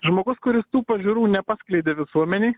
žmogus kuris tų pažiūrų nepaskleidė visuomenėj